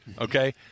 okay